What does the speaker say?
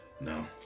No